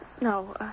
No